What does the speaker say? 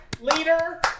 leader